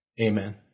Amen